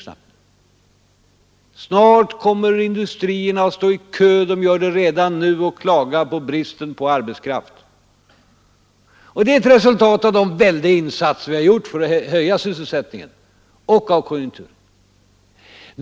Snart kommer industrierna att stå i kö — de gör det redan nu — och klaga över bristen på arbetskraft. Det är ett resultat av de väldiga insatser som vi har gjort för att höja sysselsättningen och av konjunkturen.